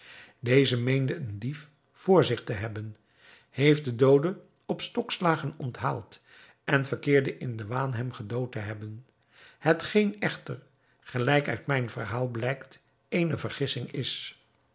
deze meende een dief voor zich te hebben heeft den doode op stokslagen onthaald en verkeerde in den waan hem gedood te hebben hetgeen echter gelijk uit mijn verhaal blijkt eene vergissing is